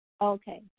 Okay